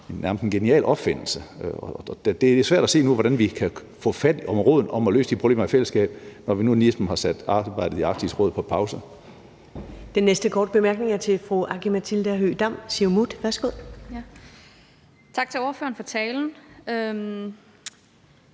set nærmest en genial opfindelse. Det er lidt svært at se nu, hvordan vi kan få fat om roden og få løst de problemer i fællesskab, når vi nu ligesom har sat arbejdet i Arktisk Råd på pause.